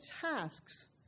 tasks